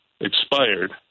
expired